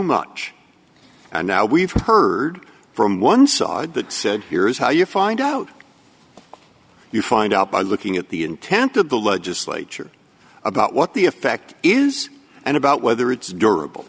much and now we've heard from one sod that said here's how you find out you find out by looking at the intent of the legislature about what the effect is and about whether it's durable